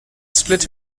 split